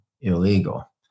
illegal